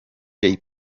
jay